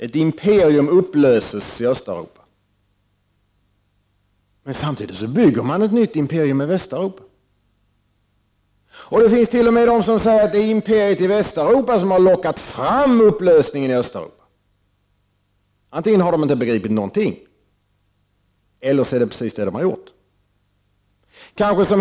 Ett imperium upplöses i Östeuropa, men samtidigt byggs det ett nytt imperium i Västeuropa. Det finns t.o.m. de som säger att det är imperiet i Östeuropa som har lockat fram upplösningen i Västeuropa. Antingen har de inte begripit någonting eller också är det precis det som de har gjort.